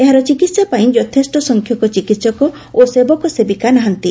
ଏହାର ଚିକିହା ପାଇଁ ଯଥେଷ୍ ସଂଖ୍ୟକ ଚିକିହକ ଓ ସେବକ ସେବିକା ନାହାନ୍ତି